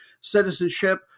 citizenship